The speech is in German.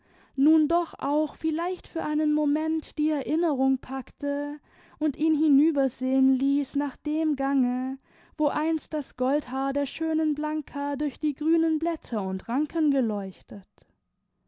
nun doch auch vielleicht für einen moment die erinnerung packte und ihn hinübersehen ließ nach dem gange wo einst das goldhaar der schönen blanka durch die grünen blätter und ranken geleuchtet